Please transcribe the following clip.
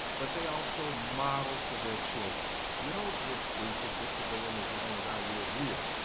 but they also model for their children. you don't just preach it, get to going as long as i would here,